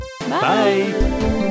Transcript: Bye